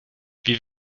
wie